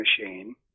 machine